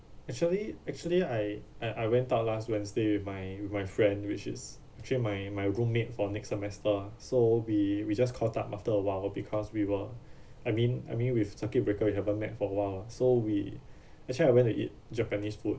actually actually I I I went out last wednesday with my with my friend which is actually my my roommate for next semester ah so we we just caught up after a while because we were I mean I mean with circuit breaker we haven't met for a while ah so we actually I went to eat japanese food